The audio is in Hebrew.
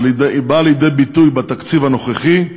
אבל היא באה לידי ביטוי בתקציב הנוכחי,